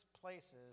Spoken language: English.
places